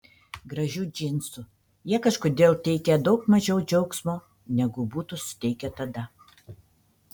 gražių džinsų jie kažkodėl teikia daug mažiau džiaugsmo negu būtų suteikę tada